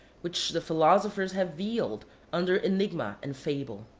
which the philosophers have veiled under enigma and fable.